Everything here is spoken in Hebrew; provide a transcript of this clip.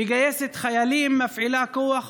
במירכאות,